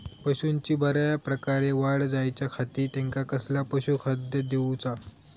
पशूंची बऱ्या प्रकारे वाढ जायच्या खाती त्यांका कसला पशुखाद्य दिऊचा?